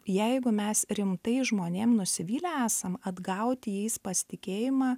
jeigu mes rimtai žmonėm nusivylę esam atgauti jais pasitikėjimą